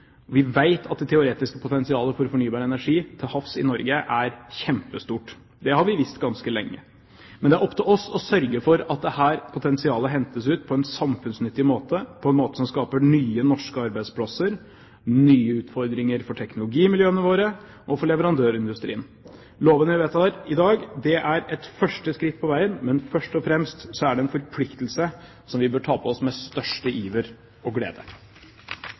Vi vet at det teoretiske potensialet for fornybar energi til havs i Norge er kjempestort. Det har vi visst ganske lenge. Men det er opp til oss å sørge for at dette potensialet hentes ut på en samfunnsnyttig måte, på en måte som skaper nye norske arbeidsplasser, nye utfordringer for teknologimiljøene våre og for leverandørindustrien. Loven vi vedtar i dag, er et første skritt på veien, men først og fremst er det en forpliktelse som vi bør ta på oss med den største iver og glede.